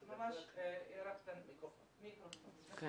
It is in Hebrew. אני